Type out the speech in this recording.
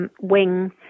wing